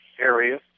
area